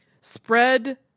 spread